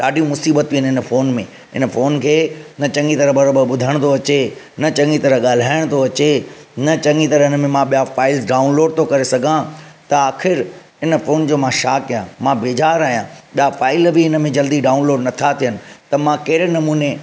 ॾाढियूं मुसीबतूं आहिनि इन फोन में इन फोन खे न चङी तरह बराबरि ॿुधण थो अचे न चङी तरह ॻाल्हाइण थो अचे न चङी तरह इन में मां ॿिया फाइल्स डाउनलोड थो करे सघां त आख़िर इन फोन जो मां छा करियां मां बेज़ारु आहियां ॿिया फाइल बि इनमें जल्दी डाउनलोड नथां थियनि त मां कहिड़े नमूने